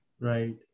Right